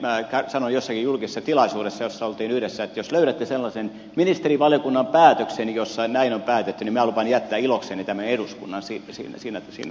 minä sanoin jossakin julkisessa tilaisuudessa jossa olimme yhdessä että jos löydätte sellaisen ministerivaliokunnan päätöksen jossa näin on päätetty niin minä lupaan jättää ilokseni tämän eduskunnan siinä tilanteessa